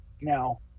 now